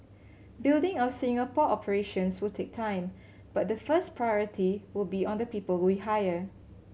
building our Singapore operations will take time but the first priority will be on the people we hire